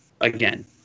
again